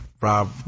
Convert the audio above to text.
Rob